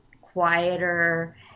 quieter